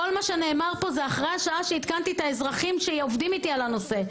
כל מה שנאמר פה זה אחרי שעדכנתי את האזרחים שעובדים איתי בנושא.